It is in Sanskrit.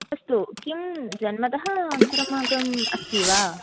अस्तु किं जन्मतः सुरमागम् अस्ति वा